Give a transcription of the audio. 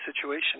situation